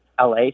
LA